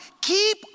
keep